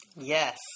Yes